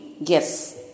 Yes